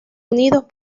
unidos